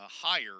higher